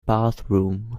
bathroom